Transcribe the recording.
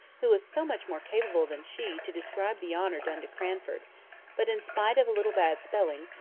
who was so much more capable than she to describe the honour done to cranford but in spite of a little bad spelling,